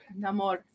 Namor